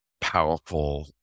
powerful